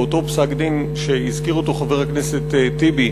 באותו פסק-דין שהזכיר חבר הכנסת טיבי,